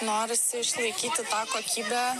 norisi išlaikyti tą kokybę